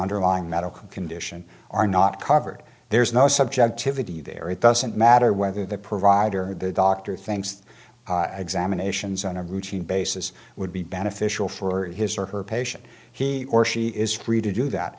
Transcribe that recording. underlying medical condition are not covered there's no subjectivity there it doesn't matter whether the provider or the doctor thinks examinations on a routine basis would be beneficial for his or her patient he or she is free to do that